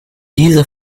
dieser